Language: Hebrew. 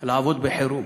לעבוד בחירום.